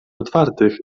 otwartych